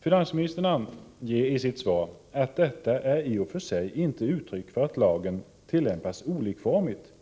Finansministern anger i sitt svar att detta i och för sig inte är uttryck för att lagen tillämpas olikformigt,